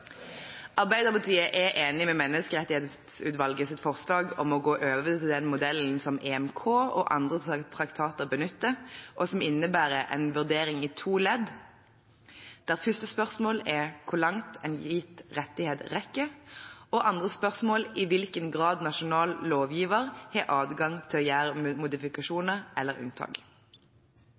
forslag om å gå over til den modellen som EMK og andre traktater benytter, og som innebærer en vurdering i to ledd, der første spørsmål er hvor langt en gitt rettighet rekker, og andre spørsmål er i hvilken grad nasjonal lovgiver har adgang til å gjøre modifikasjoner eller unntak.